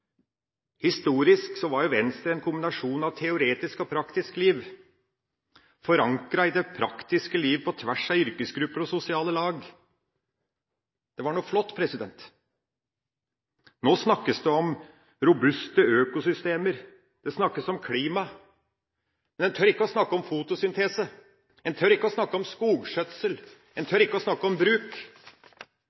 Venstre en kombinasjon av teoretisk og praktisk liv, forankret i det praktiske liv på tvers av yrkesgrupper og sosiale lag. Det var noe flott. Nå snakkes det om «robuste økosystemer», det snakkes om klima, men en tør ikke å snakke om fotosyntese, en tør ikke å snakke om skogskjøtsel, en tør ikke å snakke om bruk.